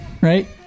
right